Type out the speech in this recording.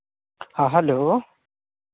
ᱦᱮᱸ ᱦᱮᱞᱳ